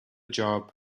job